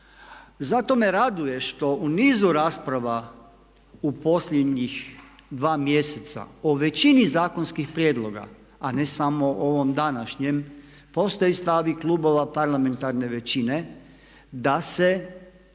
Zato me raduje što u nizu rasprava u posljednjih 2 mjeseca o većini zakonskih prijedloga, a ne samo o ovom današnjem postoje i stavovi klubova parlamentarne većine da se